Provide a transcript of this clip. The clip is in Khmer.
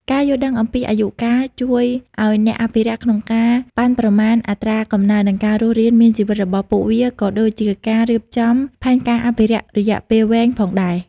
ការយល់ដឹងអំពីអាយុកាលជួយអោយអ្នកអភិរក្សក្នុងការប៉ាន់ប្រមាណអត្រាកំណើន និងការរស់រានមានជីវិតរបស់ពួកវា ក៏ដូចជាការរៀបចំផែនការអភិរក្សរយៈពេលវែងផងដែរ។